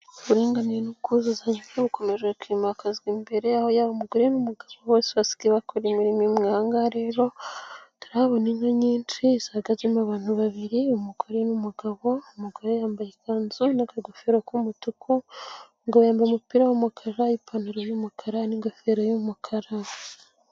Uburinganire n'ubwuzuzanye bukomeje kwimakazwa imbere aho yaba umugore n'umugabo bose basigaye bakora imirimo, ahangaha rero turabona inka nyinshi zihagazemo abantu babiri, umugore n'umugabo , umugore yambaye ikanzu n'agagofero k'umutuku, umugabo yambaye umupira w'umukara, ipantaro y'umukara, n'ingofero y'umukara.